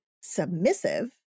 submissive